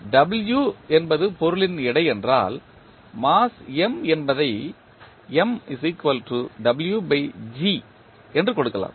W என்பது பொருளின் எடை என்றால் மாஸ் M என்பதை M w g என்று கொடுக்கலாம்